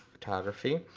photography.